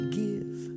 give